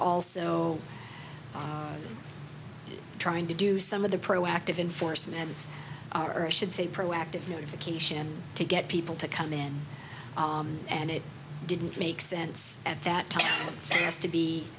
also trying to do some of the proactive enforcement and or should say proactive notification to get people to come in and it didn't make sense at that time